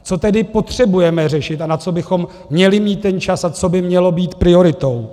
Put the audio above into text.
Co tedy potřebujeme řešit a na co bychom měli mít čas a co by mělo být prioritou?